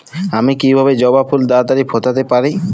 আমি কিভাবে জবা ফুল তাড়াতাড়ি ফোটাতে পারি?